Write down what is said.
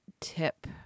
tip